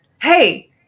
hey